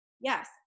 Yes